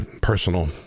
personal